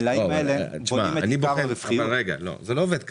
זה לא עובד ככה,